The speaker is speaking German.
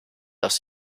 aus